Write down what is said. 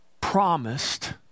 promised